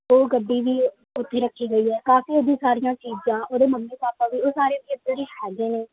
ਉਹ ਗੱਡੀ ਵੀ ਉੱਥੇ ਰੱਖੀ ਗਈ ਹੈ ਕਾਫ਼ੀ ਉਹਦੀ ਸਾਰੀਆਂ ਚੀਜ਼ਾਂ ਉਹਦੇ ਮੰਮੀ ਪਾਪਾ ਵੀ ਉਹ ਸਾਰੇ ਵੀ ਇੱਧਰ ਹੀ ਹੈਗੇ ਨੇ